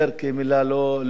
כי היא מלה לא יאה.